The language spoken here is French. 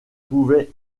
pouvait